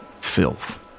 filth